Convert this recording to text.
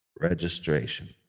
registration